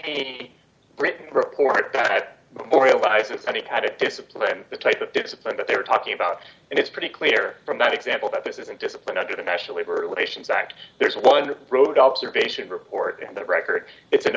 a written report that oriel vice any kind of discipline the type of discipline that they were talking about and it's pretty clear from that example that this isn't discipline under the national labor relations act there's one road observation report in the record it's an